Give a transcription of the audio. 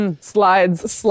slides